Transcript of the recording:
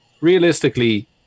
realistically